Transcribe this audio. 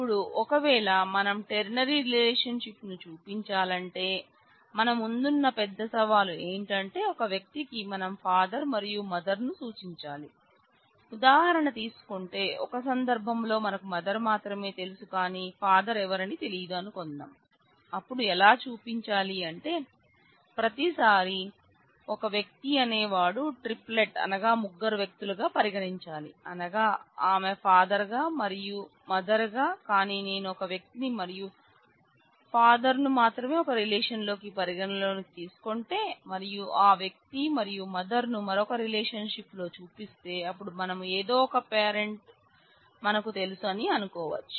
ఇపుడు ఒకవేళ మనం టెర్నరీ రిలేషన్షిప్ పరిగణలోనికి తీసుకుంటే మరియు ఆ వ్యక్తి మరియు మదర్ ను మరొక రిలేషన్షిప్ లో చూపిస్తే అపుడు మనం ఏదో ఒక పేరెంట్ మనకు తెలుసు అని అనుకోవచ్చు